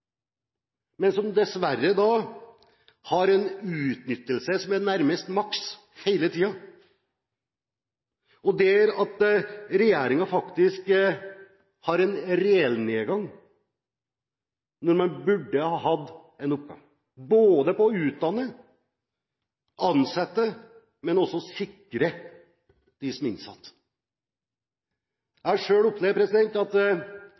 men der man dessverre har en utnyttelse som er nærmest maks hele tiden, og der regjeringen faktisk har en reell nedgang, når man burde ha hatt en oppgang, både når det gjelder å utdanne og ansette, og når det gjelder å sikre dem som er innsatt. Jeg har selv opplevd at